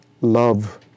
love